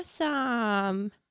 Awesome